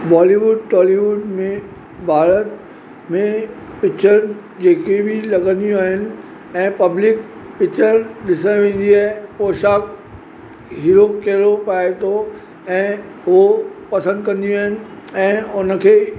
Bollywood Tollywood में भारत में picture जेके बि लॻंदियूं आहिनि ऐं पब्लिक पिच्चर ॾिसण वेंदी आहे हो सभु हीरो कहिड़ो फ़ाइदो ऐं हू पसंदि कंदियूं आहिनि ऐं उन खे